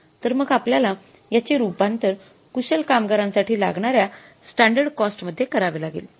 तर मग आपल्याला याचे रूपांतर कुशल कामगारांसाठी लागणाऱ्या स्टॅंडर्ड कॉस्ट मध्ये करावे लागेल